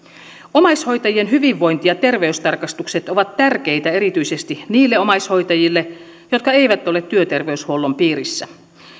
omaishoitajien hyvinvointi ja terveystarkastukset ovat tärkeitä erityisesti niille omaishoitajille jotka eivät ole työterveyshuollon piirissä